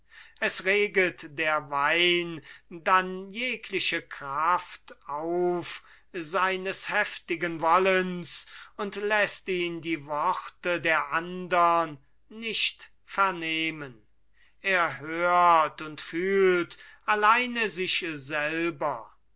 es reget der wein dann jegliche kraft auf seines heftigen wollens und läßt ihn die worte der andern nicht vernehmen er hört und fühlt alleine sich selber